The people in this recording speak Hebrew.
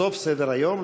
בסוף סדר-היום,